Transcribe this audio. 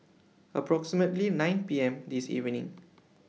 approximately nine P M This evening